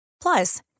Plus